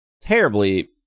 terribly